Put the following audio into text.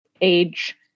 age